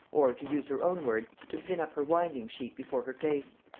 or, to use her own word, to pin up her winding sheet before her face,